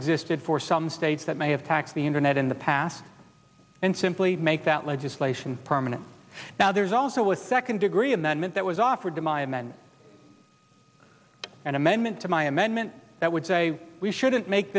existed for some states that may have tax the internet in the past and simply make that legislation permanent now there's also a second degree amendment that was offered to my amendment an amendment to my amendment that would say we shouldn't make